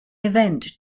event